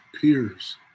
peers